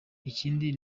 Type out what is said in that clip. ikindi